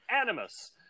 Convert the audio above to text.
Animus